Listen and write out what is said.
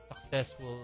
successful